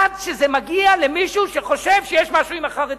עד שזה מגיע למישהו שחושב שיש משהו עם החרדים.